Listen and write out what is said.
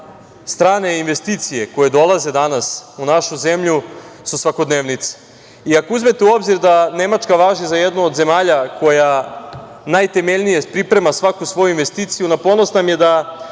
strane investicije koje dolaze danas u našu zemlju su svakodnevica. Ako uzmete u obzir da Nemačka važi za jednu od zemalja koja najtemeljnije priprema svaku svoju investiciju, na ponos nam je da